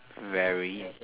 very